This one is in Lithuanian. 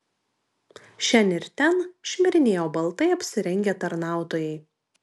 šen ir ten šmirinėjo baltai apsirengę tarnautojai